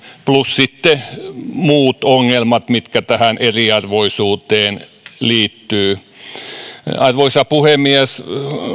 plus sitten muut ongelmat mitkä tähän eriarvoisuuteen liittyvät arvoisa puhemies